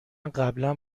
قبلا